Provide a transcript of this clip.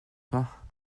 pas